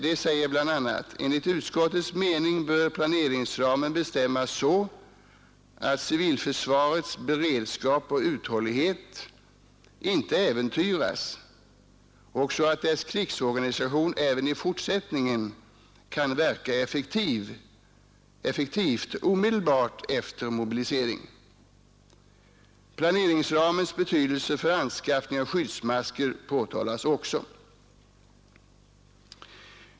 De säger bl.a.: ”Enligt utskottets mening bör planeringsramen bestämmas så att civilförsvarets beredskap och uthållighet inte äventyras och så att dess krigsorganisation även i fortsättningen kan verka effektivt omedelbart efter mobilisering.” Planeringsramens betydelse för anskaffning av skyddsmasker påtalas också.